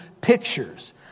pictures